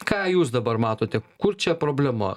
ką jūs dabar matote kur čia problema